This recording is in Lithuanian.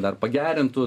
dar pagerintų